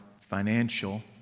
financial